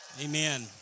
Amen